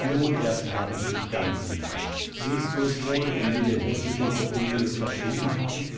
nun erst habe ich dich ganz wieder siehst du es wohl wie wir den häßlichen coppelius vertrieben haben